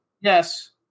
Yes